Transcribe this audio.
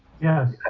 Yes